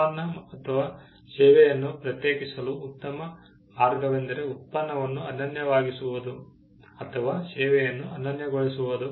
ಉತ್ಪನ್ನ ಅಥವಾ ಸೇವೆಯನ್ನು ಪ್ರತ್ಯೇಕಿಸಲು ಉತ್ತಮ ಮಾರ್ಗವೆಂದರೆ ಉತ್ಪನ್ನವನ್ನು ಅನನ್ಯವಾಗಿಸುವುದು ಅಥವಾ ಸೇವೆಯನ್ನು ಅನನ್ಯಗೊಳಿಸುವುದು